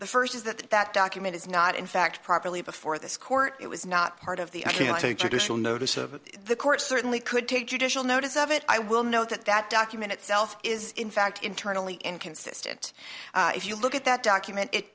the first is that that document is not in fact properly before this court it was not part of the i mean i take additional notice of the court certainly could take judicial notice of it i will note that that document itself is in fact internally inconsistent if you look at that document it